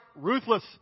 ruthless